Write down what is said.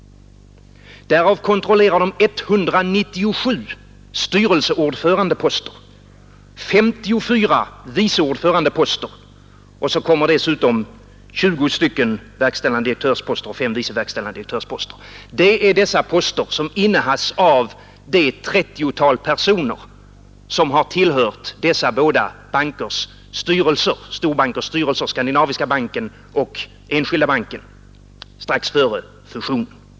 Därav kontrollerar banken 197 styrelseordförandeposter och 54 poster som vice ordförande. Dessutom tillkommer 20 poster som verkställande direktör och 5 poster som vice verkställande direktör. Dessa poster innehas av det 30-tal personer som har tillhört styrelserna i dessa båda storbanker — Skandinaviska banken och Enskilda banken — strax före fusionen.